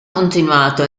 continuato